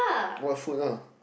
what food lah